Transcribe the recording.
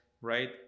right